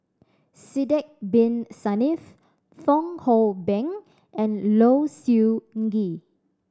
Sidek Bin Saniff Fong Hoe Beng and Low Siew Nghee